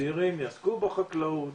צעירים יעסקו בחקלאות.